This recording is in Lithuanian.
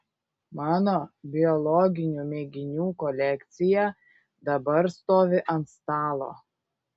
mano biologinių mėginių kolekcija dabar stovi ant stalo